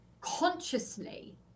consciously